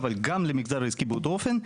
אבל גם למגזר העסקי באותו אופן,